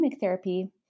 therapy